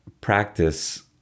practice